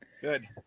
Good